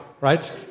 right